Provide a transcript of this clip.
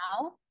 Now